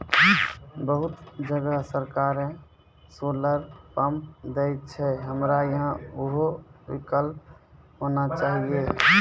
बहुत जगह सरकारे सोलर पम्प देय छैय, हमरा यहाँ उहो विकल्प होना चाहिए?